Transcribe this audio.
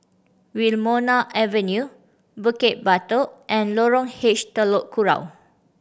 Wilmonar Avenue Bukit Batok and Lorong H Telok Kurau